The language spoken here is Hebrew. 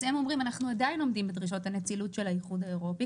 אז הם אומרים: אנחנו עדין עומדים בדרישות הנצילות של האיחוד האירופי,